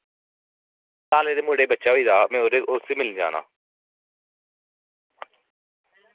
मामें दे मुढ़ै गी बच्चा होई गेदा हा में उसगी मिलनै गी जाना